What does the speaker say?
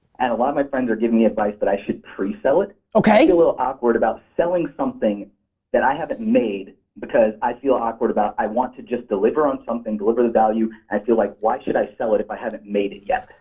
and a lot of my friends are giving me advice that i should presell it. okay. yeah i feel awkward about selling something that i haven't made because i feel awkward about i want to just deliver on something, deliver the value. i feel like why should i sell it if i haven't made it yet.